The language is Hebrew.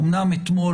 אומנם אתמול,